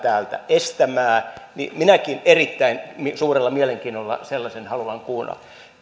estämään niin minäkin erittäin suurella mielenkiinnolla sellaisen haluan kuulla